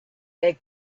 they